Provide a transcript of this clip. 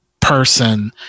person